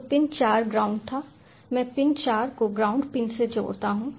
तो pin 4 ground था मैं पिन चार को ग्राउंड पिन से जोड़ता हूं